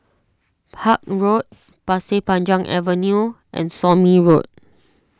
Park Road Pasir Panjang Avenue and Somme Road